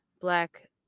black